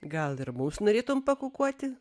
gal ir mums norėtum pakukuoti